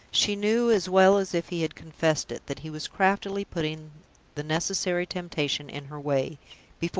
she knew, as well as if he had confessed it, that he was craftily putting the necessary temptation in her way,